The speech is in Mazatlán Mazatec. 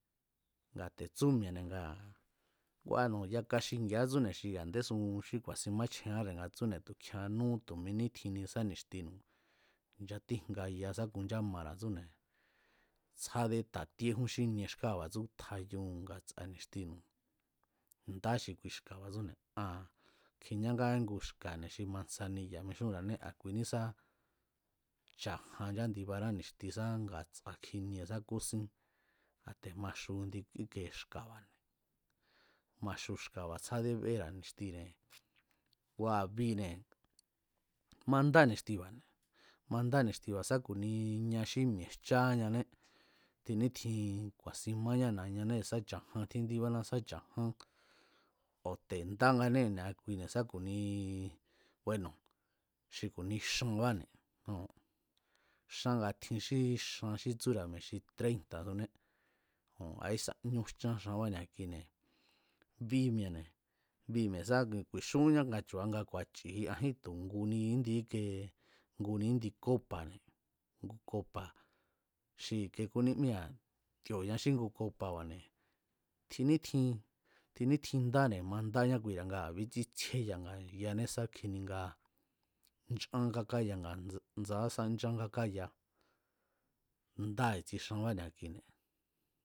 Ngaa̱ te̱ tsú mi̱e̱ne̱ ngaa̱ bueno̱ yaka xingi̱a̱a tsúne̱ nga a̱ndesú xí ku̱a̱sin máchjenráne̱ nga tsúne̱ tu̱ kjianú tu̱ mi nítjinni sá ni̱xtinu̱ nchatíjngaya sá jku nchámara̱ tsúne̱ tsjádé ta̱tíejún xínie skáa̱ba̱ tsú tjayu nga̱tsa̱ ni̱xtinu̱ nda xi kui xka̱ba̱ tsúne̱ aa̱n kjiñángá íngu xka̱ne̱ xi mansaniya̱ mixunra̱ané a̱kuiní sá cha̱jan nchándibará ni̱xti sá nga̱tsa̱ kjinie sá kúsín a̱ te̱ ma xu ndi íke xka̱ba̱ne̱ ma xu xka̱ba̱ tsjáde béra̱ ni̱xtine̱ kua̱ bine̱ mandá ni̱xtiba̱ne̱, manda ni̱xtiba̱ sá ku̱ni ña xí mi̱e̱jchááñané tjin nítjin ku̱a̱sin máñá ni̱a ñané sá cha̱jan tjíndíbána̱ sa cha̱ján ku̱ te̱ ndánga née̱ ni̱a kuine̱ sá ku̱ni bueno̱ xi ku̱ni xanbáne̱ joo̱n xán nga tjin xí tsúra̱ mi̱e̱ xi tréíta̱suné a̱ ísa̱ ñú jchán xanbá ni̱akuine̱, bi mi̱e̱ne̱ bi mi̱e̱ ku̱i̱xúnjínñá a̱chu̱a nga ku̱a̱chi̱ji ajín tu̱ nguni índi íke nguni kópa̱ne̱ ngu kopa̱ xi i̱ke kúnímíra̱ ti̱o̱ña xí ngu kopa̱ba̱ne̱ tjin nítjin, tjin nítjin ndane̱ mandáña kuira̱ nga bítsjíé nga̱yaané sá kjini nga nchán kákaya nga̱ndsaa sá nchán kákáya ndá i̱tsie xanbá ni̱a kuine̱